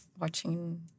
watching